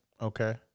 Okay